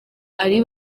ari